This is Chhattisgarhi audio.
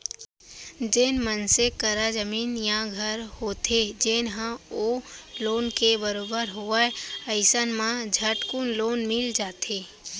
जेन मनसे करा जमीन या घर होथे जेन ह ओ लोन के बरोबर होवय अइसन म झटकुन लोन मिल जाथे